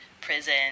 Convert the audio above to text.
prison